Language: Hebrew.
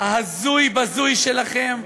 ההזוי-בזוי שלכם.